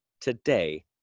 today